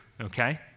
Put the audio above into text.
okay